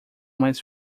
mais